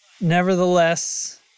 nevertheless